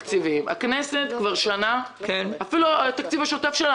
הכנסת כבר שנה - אפילו התקציב השוטף שלה